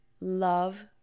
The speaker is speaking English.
love